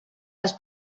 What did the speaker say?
les